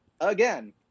again